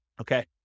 Okay